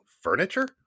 Furniture